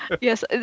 Yes